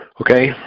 okay